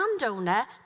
Landowner